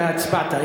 אתה הצבעת.